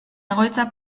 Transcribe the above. egoitza